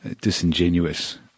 disingenuous